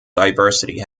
diversity